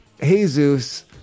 Jesus